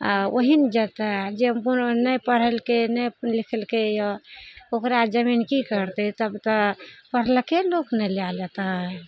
आओर ओही ने जेतय आओर जे नहि पढ़ेलकइ नहि लिखलकइ यऽ ओकरा जमीन की करतइ तब तऽ पढ़लके लोक ने लै लेतइ